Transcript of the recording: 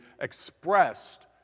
expressed